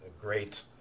great